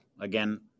again